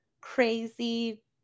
crazy